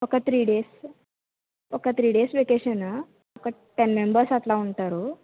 ఒక three days ఒక three days vacation ఒక టెన్ మెంబర్స్ అలా ఉంటారు